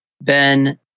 Ben